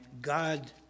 God